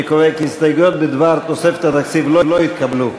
אני קובע כי ההסתייגויות בדבר תוספת התקציב לא התקבלו.